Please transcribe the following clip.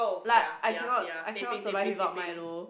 like I cannot I cannot survive without milo